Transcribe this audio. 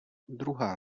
druhá